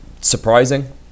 surprising